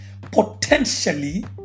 potentially